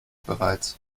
bereits